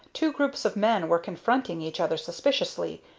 two groups of men were confronting each other suspiciously,